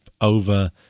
over